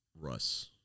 Russ